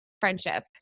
friendship